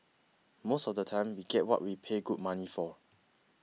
most of the time we get what we pay good money for